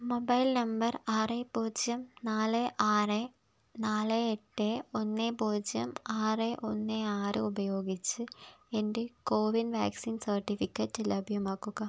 mobile number ആറ് പൂജ്യം നാല് ആറ് നാല് എട്ട് ഒന്ന് പൂജ്യം ആറ് ഒന്ന് ആറ് ഉപയോഗിച്ച് എൻ്റെ കോവിൻ വാക്സിൻ സർട്ടിഫിക്കറ്റ് ലഭ്യമാക്കുക